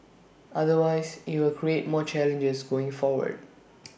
otherwise IT will create more challenges going forward